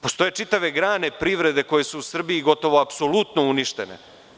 Postoje čitave grane privrede koje su u Srbiji gotovo apsolutno uništene.